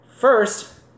First